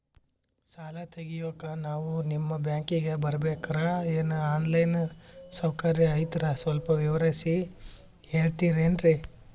ಸಾಲ ತೆಗಿಯೋಕಾ ನಾವು ನಿಮ್ಮ ಬ್ಯಾಂಕಿಗೆ ಬರಬೇಕ್ರ ಏನು ಆನ್ ಲೈನ್ ಸೌಕರ್ಯ ಐತ್ರ ಸ್ವಲ್ಪ ವಿವರಿಸಿ ಹೇಳ್ತಿರೆನ್ರಿ?